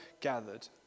gathered